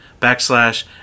backslash